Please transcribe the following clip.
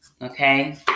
Okay